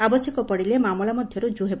ଆବଶ୍ୟକ ପଡ଼ିଲେ ମାମଲା ମଧ୍ଧ ରୁକୁ ହେବ